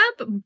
up